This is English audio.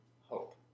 hope